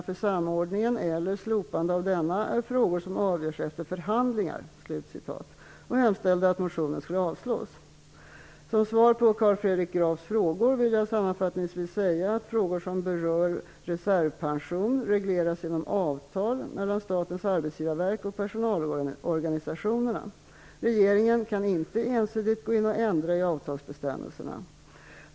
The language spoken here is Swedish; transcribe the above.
Som svar på Carl Fredrik Grafs frågor vill jag sammanfattningsvis säga att frågor som berör reservpension regleras genom avtal mellan Statens arbetsgivarverk och personalorganisationerna. Regeringen kan inte ensidigt gå in och ändra i avtalsbestämmelserna.